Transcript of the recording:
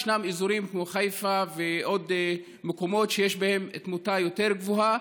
ישנם אזורים כמו חיפה ועוד מקומות שיש בהם תמותה יותר גבוהה,